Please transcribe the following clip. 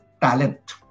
talent